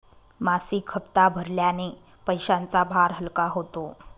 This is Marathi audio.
मासिक हप्ता भरण्याने पैशांचा भार हलका होतो